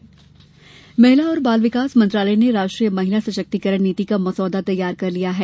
महिला सशक्तिकरण महिला और बाल विकास मंत्रालय ने राष्ट्रीय महिला सशक्तिकरण नीति का मसौदा तैयार किया है